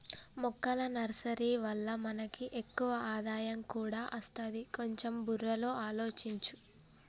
మొక్కల నర్సరీ వల్ల మనకి ఎక్కువ ఆదాయం కూడా అస్తది, కొంచెం బుర్రలో ఆలోచించు